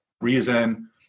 reason